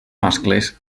mascles